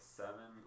seven